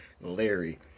Larry